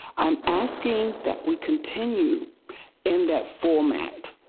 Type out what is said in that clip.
i am asking that we continue in that format.